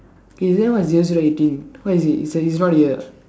eh then why's yours write eighteen what is it it's ri~ it's right here